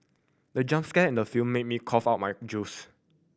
the jump scare in the film make me cough out my juice